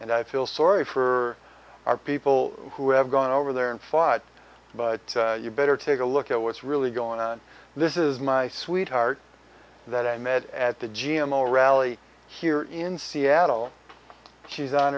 and i feel sorry for our people who have gone over there and five but you better take a look at what's really going on this is my sweetheart that i met at the g m o rally here in seattle she's on